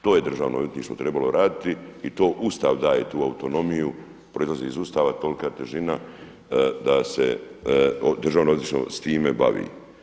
To je Državno odvjetništvo trebalo raditi i to Ustav daje tu autonomiju, proizlazi iz Ustava tolika težina da se Državno odvjetništvo s time bavi.